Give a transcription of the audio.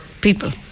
people